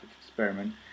Experiment